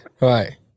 Right